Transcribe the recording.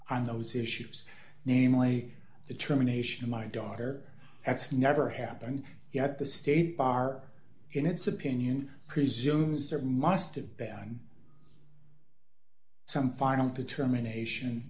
on those issues namely determination my daughter that's never happened yet the state bar in its opinion presumes there must have been some final determination